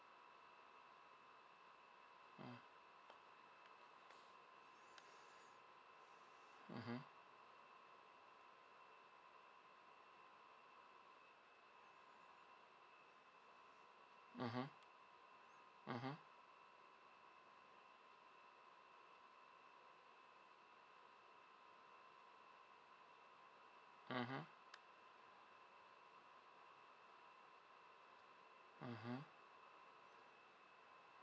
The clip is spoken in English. mm mmhmm mmhmm mmhmm mmhmm mmhmm